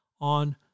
on